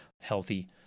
healthy